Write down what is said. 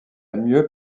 mieux